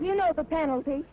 you know the penalty